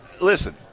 Listen